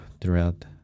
throughout